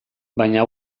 baina